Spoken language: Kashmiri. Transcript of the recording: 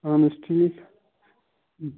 اَہن حظ ٹھیٖک